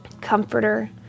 comforter